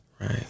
Right